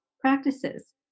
practices